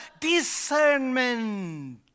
discernment